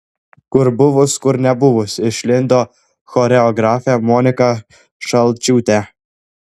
kur buvus kur nebuvus išlindo choreografė monika šalčiūtė